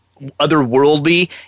otherworldly